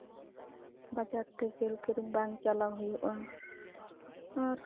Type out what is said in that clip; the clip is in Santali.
ᱵᱟᱡᱟᱨᱛᱮ ᱡᱮᱞ ᱠᱤᱨᱤᱧ ᱵᱟᱝ ᱪᱟᱞᱟᱣᱦᱩᱭᱩᱜᱼᱟ ᱟᱨ